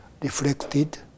reflected